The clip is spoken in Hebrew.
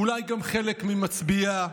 אולי גם חלק ממצביעיה,